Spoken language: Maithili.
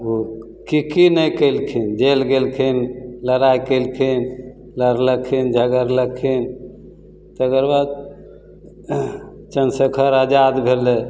ओ कि कि नहि कएलखिन जेल गेलखिन लड़ाइ कएलखिन लड़लखिन झगड़लखिन तकर बाद चन्द्रशेखर आजाद भेलै